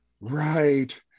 right